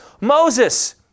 Moses